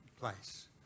place